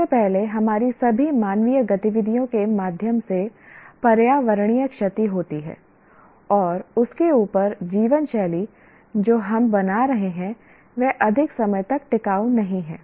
सबसे पहले हमारी सभी मानवीय गतिविधियों के माध्यम से पर्यावरणीय क्षति होती है और उसके ऊपर जीवन शैली जो हम बना रहे हैं वह अधिक समय तक टिकाऊ नहीं है